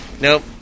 Nope